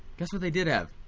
guess what they did have?